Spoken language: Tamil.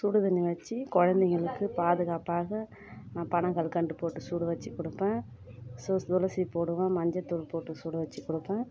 சுடுதண்ணி வெச்சி குழந்தைகளுக்கு பாதுகாப்பாக நான் பனங்கற்கண்டு போட்டு சுட வெச்சு கொடுப்பேன் சு துளசி போடுவோம் மஞ்சள் தூள் போட்டு சுட வெச்சு கொடுப்பேன்